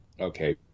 Okay